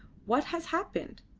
what has happened?